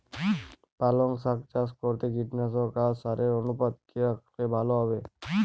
পালং শাক চাষ করতে কীটনাশক আর সারের অনুপাত কি রাখলে ভালো হবে?